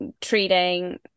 treating